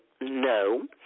No